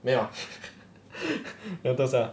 没有 ah